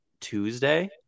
Tuesday